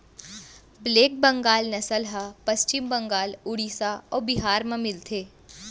black Bengal नसल ह पस्चिम बंगाल, उड़ीसा अउ बिहार म मिलथे